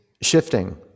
shifting